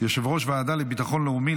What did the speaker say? יושב-ראש הוועדה לביטחון לאומי,